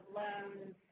loans